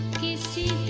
pc